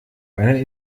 einer